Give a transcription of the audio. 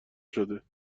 شده